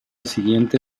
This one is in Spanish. siguiente